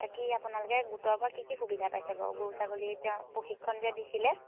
বাকী আপোনালোকে গোটৰপৰা কি কি সুবিধা পাইছে বাৰু গৰু ছাগলী তেওঁ প্ৰশিক্ষণ যে দিছিলে